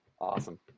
Awesome